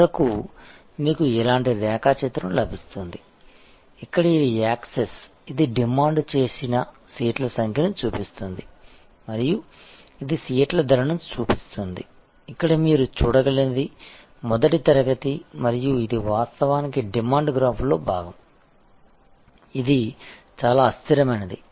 చివరకు మీకు ఇలాంటి రేఖాచిత్రం లభిస్తుంది ఇక్కడ ఇది యాక్సెస్ ఇది డిమాండ్ చేసిన సీట్ల సంఖ్యను చూపిస్తుంది మరియు ఇది సీట్ల ధరను చూపిస్తుంది ఇక్కడ మీరు చూడగలిగినది మొదటి తరగతి మరియు ఇది వాస్తవానికి డిమాండ్ గ్రాఫ్లో భాగం ఇది చాలా అస్థిరమైనది